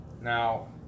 Now